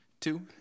two